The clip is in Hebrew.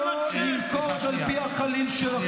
תנו לו לסיים.